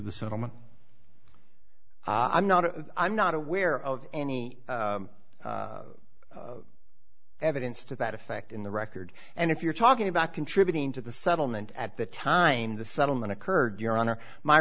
the settlement i'm not a i'm not aware of any evidence to that effect in the record and if you're talking about contributing to the settlement at the time the settlement occurred your honor my